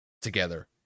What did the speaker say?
together